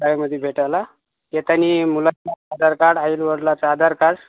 शाळेमध्ये भेटायला येताना मुलाचं आधार कार्ड आई वडिलांचं आधार कार्ड